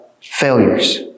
failures